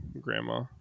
grandma